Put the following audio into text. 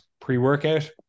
pre-workout